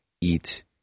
eat